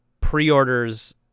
pre-orders